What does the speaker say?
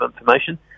information